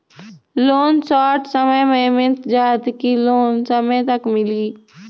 Loan short समय मे मिल जाएत कि लोन समय तक मिली?